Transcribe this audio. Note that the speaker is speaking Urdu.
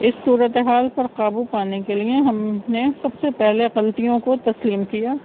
اس صورت حال پر قابو پانے کے لیے ہم نے سب سے پہلے غلطیوں کو تسلیم کیا